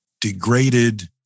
degraded